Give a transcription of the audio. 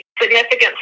Significant